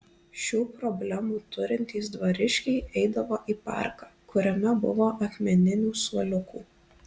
šių problemų turintys dvariškiai eidavo į parką kuriame buvo akmeninių suoliukų